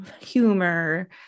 humor